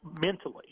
mentally